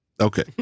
Okay